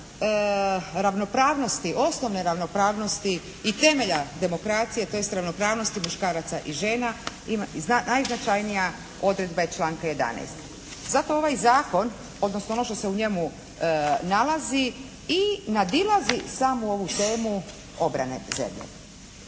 ravnopravnosti, osnovne ravnopravnosti i temelja demokracije tj. ravnopravnosti muškaraca i žena ima i najznačajnija je odredba članka 11. Zato ovaj zakon odnosno ono što se u njemu nalazi i nadilazi samu ovu temu obrane zemlje.